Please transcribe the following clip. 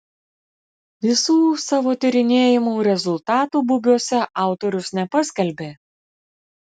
visų savo tyrinėjimų rezultatų bubiuose autorius nepaskelbė